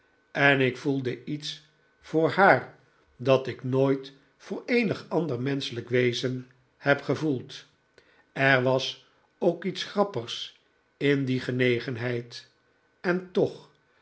en ik voelde iets voor haar dat ik nooit voor eenig ander menschelijk wezen heb gevoeld er was ook iets grappigs in die genegenheid en toch